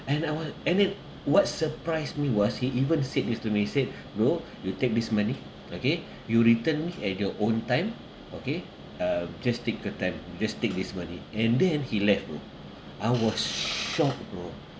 and I were and then what surprised me was he even said this to me he said bro you take this money okay you return me at your own time okay uh just take your time just take this money and then he left bro I was shocked bro